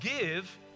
Give